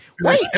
Wait